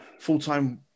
full-time